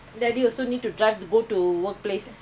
daddy also need to drive to go to workplace